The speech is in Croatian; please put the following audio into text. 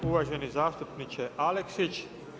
Uvaženi zastupniče Aleksić.